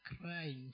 crying